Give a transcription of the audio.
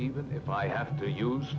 even if i have to use